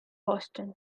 boston